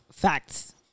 facts